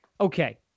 okay